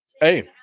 hey